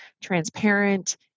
transparent